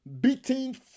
beating